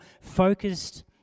focused